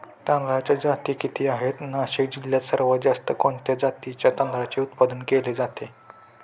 तांदळाच्या जाती किती आहेत, नाशिक जिल्ह्यात सर्वात जास्त कोणत्या जातीच्या तांदळाचे उत्पादन घेतले जाते?